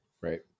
Right